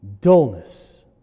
Dullness